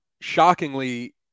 shockingly